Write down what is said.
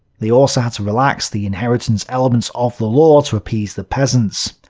they also had to relax the inheritance elements of the law to appease the peasants.